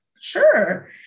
Sure